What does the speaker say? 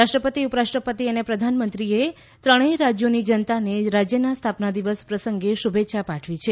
રાષ્ટ્રપતિ ઉપરાષ્ટ્રપતિ અને પ્રધાનમંત્રીએ ત્રણેય રાજ્યોની જનતાને રાજ્યના સ્થાપના દિવસ પ્રસંગે શુભેચ્છા પાઠવી છે